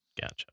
Gotcha